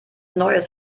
neues